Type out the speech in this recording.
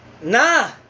nah